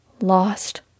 Lost